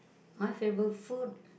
my favorite food